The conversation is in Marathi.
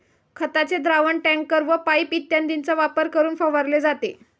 खताचे द्रावण टँकर व पाइप इत्यादींचा वापर करून फवारले जाते